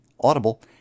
Audible